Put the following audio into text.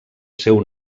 seu